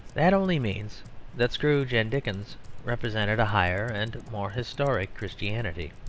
that only means that scrooge and dickens represented a higher and more historic christianity.